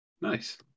Nice